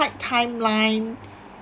tight timeline